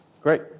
Great